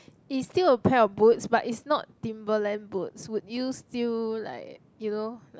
is still a pair of boots but is not Timberland boots would you still like you know